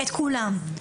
את כולם.